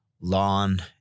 lawn